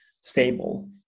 stable